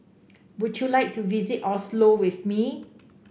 would you like to visit Oslo with me